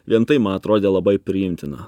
vien tai man atrodė labai priimtina